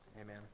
Amen